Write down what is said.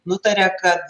nutarė kad